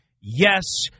Yes